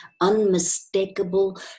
unmistakable